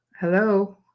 Hello